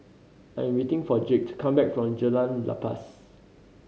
I'm waiting for Jake to come back from Jalan Lepas